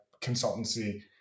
consultancy